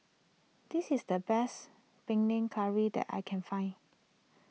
this is the best Panang Curry that I can find